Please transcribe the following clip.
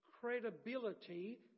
credibility